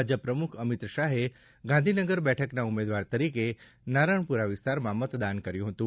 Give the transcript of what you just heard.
ભાજપ પ્રમુખ અમિત શાહે ગાંધીનગર બેઠકના ઉમેદવાર તરીકે નારણપુરા વિસ્તારમાં મતદાન કર્યું હતું